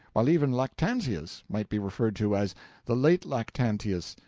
while even lactantius might be referred to as the late lactantius,